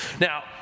Now